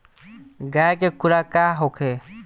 गाय के खुराक का होखे?